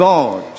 God